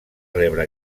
rebre